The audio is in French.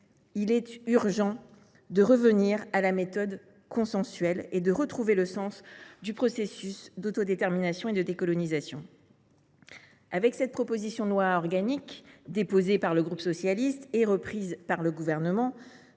Il est urgent de revenir à la méthode consensuelle et de retrouver le sens du processus d’autodétermination et de décolonisation. Par cette proposition de loi organique déposée par le groupe socialiste et reprise par le Gouvernement,